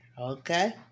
Okay